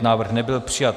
Návrh nebyl přijat.